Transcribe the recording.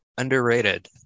underrated